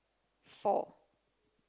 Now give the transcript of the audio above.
four